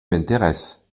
m’intéresse